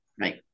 Right